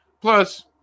plus